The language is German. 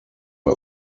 bei